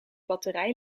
batterij